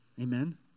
amen